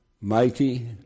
mighty